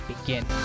begin